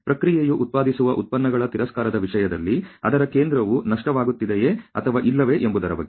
ಪ್ರಕ್ರಿಯೆಯು ಉತ್ಪಾದಿಸುವ ಉತ್ಪನ್ನಗಳ ತಿರಸ್ಕಾರದ ವಿಷಯದಲ್ಲಿ ಅದರ ಕೇಂದ್ರವು ನಷ್ಟವಾಗುತ್ತದೆಯೆ ಅಥವಾ ಇಲ್ಲವೇ ಎಂಬುದರ ಬಗ್ಗೆ